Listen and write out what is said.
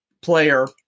player